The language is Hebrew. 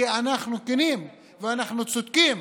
כי אנחנו כנים ואנחנו צודקים,